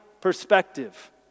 perspective